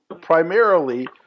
primarily